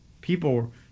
people